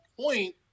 point